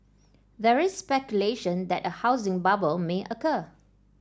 there is speculation that a housing bubble may occur